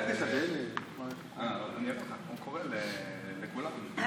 אגב, תהיה רגוע בעניין הטלפונים.